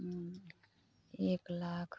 एक लाख